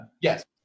Yes